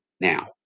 now